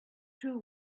two